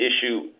issue